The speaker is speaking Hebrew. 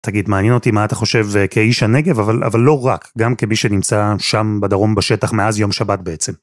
תגיד, מעניין אותי מה אתה חושב כאיש הנגב, אבל, אבל לא רק, גם כמי שנמצא שם בדרום בשטח מאז יום שבת בעצם.